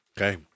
Okay